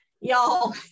Y'all